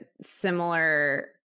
similar